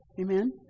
Amen